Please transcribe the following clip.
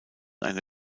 eine